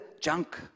junk